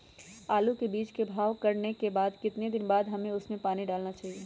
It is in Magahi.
आलू के बीज के भाव करने के बाद कितने दिन बाद हमें उसने पानी डाला चाहिए?